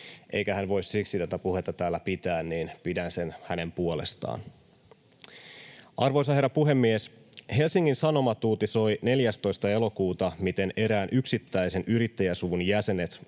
eikä hän voi siksi tätä puhetta täällä pitää, niin pidän sen hänen puolestaan. Arvoisa herra puhemies! Helsingin Sanomat uutisoi 14. elokuuta, miten erään yksittäisen yrittäjäsuvun jäsenet